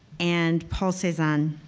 and paul cezanne.